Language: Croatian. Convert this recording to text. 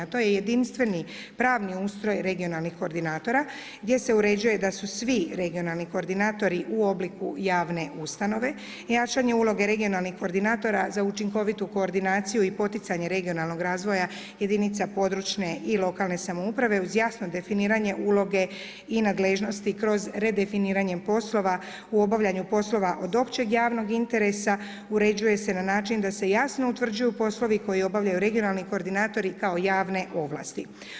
To je jedinstveni pravni ustroj regionalnih koordinatora, gdje se uređuju da su svi regionalni koordinatori u obliku javne ustanove, jačanje uloge regionalnih koordinatora, za učinkovitu koordinaciju i poticanje regionalnog razvoja, jedinice područne i lokalne samouprave, uz jasno definiranje uloge i nadležnosti kroz redefiniranju uloge i nadležnosti kroz redefiniranjem poslova u obavljanju poslova od općeg javnog interesa uređuju se na način da se jasno utvrđuju poslovi koji obavljaju regionalni koordinatori kao javne ovlasti.